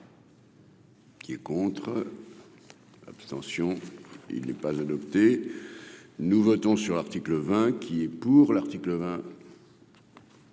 Qui est contre, abstention, il n'est pas adopté, nous votons sur l'article 20 qui est pour l'article 20.